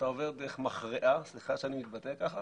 אתה עובר דרך מחראה סליחה שאני מתבטא ככה